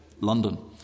London